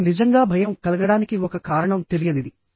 మనకు నిజంగా భయం కలగడానికి ఒక కారణం తెలియనిది